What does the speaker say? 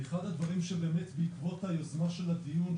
ואחד הדברים בעקבות היוזמה של הדיון,